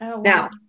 Now